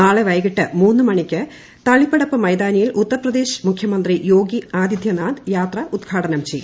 നാളെ വൈകിട്ട് മൂന്ന് മണിക്ക് തളിപ്പടപ്പ് മൈതാനിയിൽ ഉത്തർപ്രദേശ് മുഖ്യമന്ത്രി യോഗി ആദിത്യനാഥ് യാത്ര ഉദ്ഘാടനം ചെയ്യും